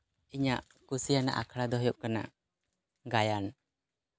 ᱤᱧᱟᱹᱜ ᱠᱩᱥᱤᱭᱟᱱᱟᱜ ᱟᱠᱷᱲᱟ ᱫᱚ ᱦᱩᱭᱩᱜ ᱠᱟᱱᱟ ᱜᱟᱭᱟᱱ